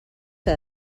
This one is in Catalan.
que